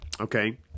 okay